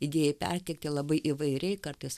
idėjai perteikti labai įvairiai kartais